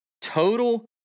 Total